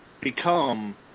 become